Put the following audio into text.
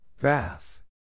Bath